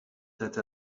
that